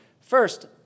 First